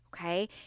okay